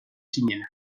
zinena